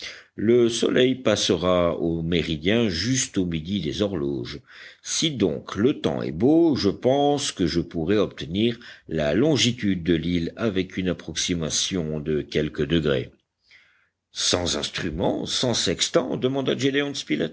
le soleil passera au méridien juste au midi des horloges si donc le temps est beau je pense que je pourrai obtenir la longitude de l'île avec une approximation de quelques degrés sans instruments sans sextant demanda